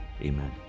amen